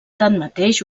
tanmateix